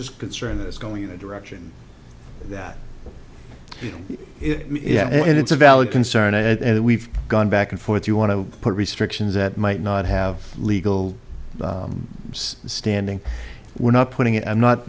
just concerned that it's going to the direction that it has and it's a valid concern and we've gone back and forth you want to put restrictions that might not have legal standing we're not putting it i'm not